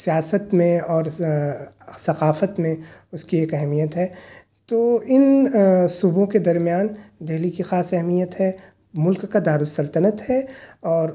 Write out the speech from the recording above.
سیاست میں اور ثقافت میں اس کی ایک اہمیت ہے تو ان صوبوں کے درمیان دہلی کی خاص اہمیت ہے ملک کا دارالسلطنت ہے اور